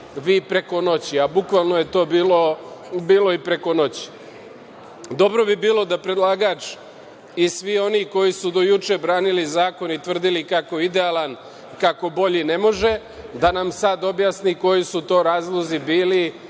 vi preko noći, a bukvalno je to bilo i preko noći. Dobro bi bilo da predlagač i svi oni koji su do juče branili zakon i tvrdili kako je idealan, kako bolji ne može, da nam sada objasne koji su to razlozi bili